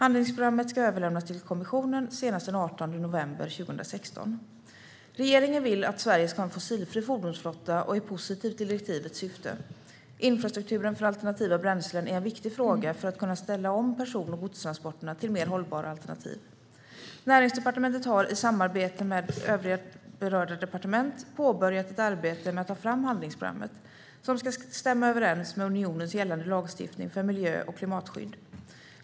Handlingsprogrammet ska överlämnas till kommissionen senast den 18 november 2016. Regeringen vill att Sverige ska ha en fossilfri fordonsflotta och är positiv till direktivets syfte. Infrastrukturen för alternativa bränslen är en viktig fråga för att kunna ställa om person och godstransporterna till mer hållbara alternativ. Näringsdepartementet har, i samarbete med andra berörda departement, påbörjat ett arbete med att ta fram handlingsprogrammet, som ska stämma överens med unionens gällande lagstiftning för miljö och klimatskydd.